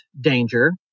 Danger